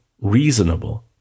reasonable